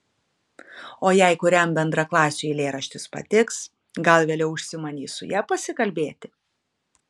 o jei kuriam bendraklasiui eilėraštis patiks gal vėliau užsimanys su ja pasikalbėti